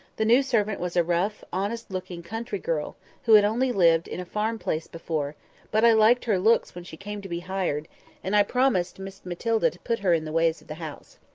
the new servant was a rough, honest-looking, country girl, who had only lived in a farm place before but i liked her looks when she came to be hired and i promised miss matilda to put her in the ways of the house.